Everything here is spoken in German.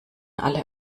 alle